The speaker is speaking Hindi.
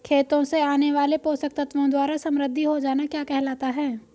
खेतों से आने वाले पोषक तत्वों द्वारा समृद्धि हो जाना क्या कहलाता है?